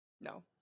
No